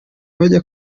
bajya